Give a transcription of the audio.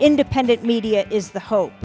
independent media is the hope